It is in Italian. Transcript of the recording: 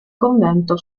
convento